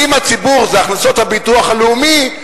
אם הציבור זה הכנסות הביטוח הלאומי,